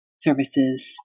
services